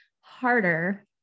harder